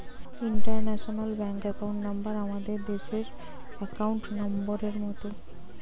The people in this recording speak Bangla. ইন্টারন্যাশনাল ব্যাংক একাউন্ট নাম্বার আমাদের দেশের একাউন্ট নম্বরের মত